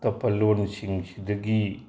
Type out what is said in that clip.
ꯑꯇꯣꯞꯄ ꯂꯣꯟꯁꯤꯡꯁꯤꯗꯒꯤ